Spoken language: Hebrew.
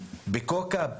בכאוכב,